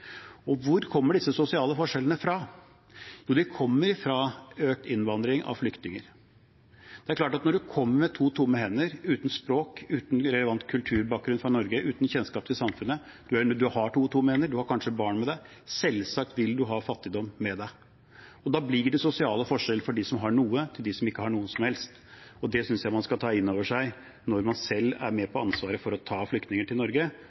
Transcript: hvor kommer disse sosiale forskjellene fra? De kommer fra økt innvandring av flyktninger. Det er klart at når man kommer med to tomme hender, ikke kan språket, er uten en relevant kulturbakgrunn fra Norge, uten kjennskap til samfunnet, og man har kanskje barn med seg, så vil man selvsagt ha fattigdom med seg. Da blir det sosiale forskjeller mellom dem som har noe, og dem som ikke har noe som helst. Det synes jeg man skal ta inn over seg, når man selv har et ansvar for å ta flyktninger til Norge